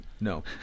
no